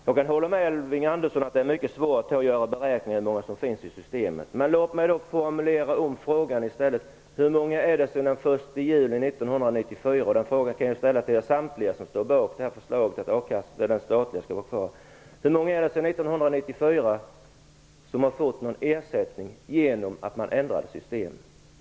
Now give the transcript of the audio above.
Jag kan hålla med Elving Andersson om att det är mycket svårt att beräkna hur många som finns i systemet. Låt mig då formulera om frågan och ställa den till samtliga er som står bakom förslaget att den statliga försäkringen skall finnas kvar: Hur många är det som sedan den 1 juli 1994 har fått ersättning genom att man ändrade systemet?